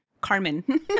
Carmen